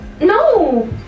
No